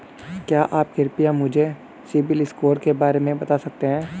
क्या आप कृपया मुझे सिबिल स्कोर के बारे में बता सकते हैं?